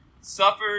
suffered